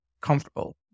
comfortable